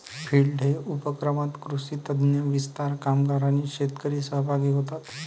field day उपक्रमात कृषी तज्ञ, विस्तार कामगार आणि शेतकरी सहभागी होतात